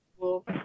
cool